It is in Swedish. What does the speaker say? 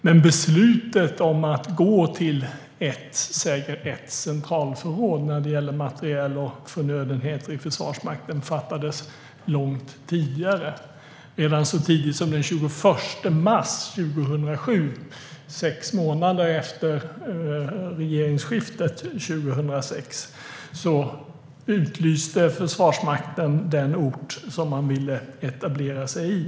Men beslutet om att gå till ett säger ett centralförråd när det gäller materiel och förnödenheter i Försvarsmakten fattades långt tidigare. Redan så tidigt som den 21 mars 2007, sex månader efter regeringsskiftet 2006, utlyste Försvarsmakten den ort som man ville etablera sig i.